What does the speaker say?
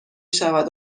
شود